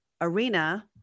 arena